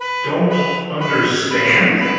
don't understand?